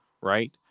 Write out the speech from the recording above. right